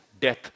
death